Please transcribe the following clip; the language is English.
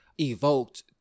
evoked